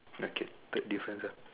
okay third difference ah